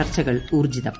ചർച്ചകൾ ഊർജ്ജിതം